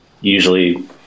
usually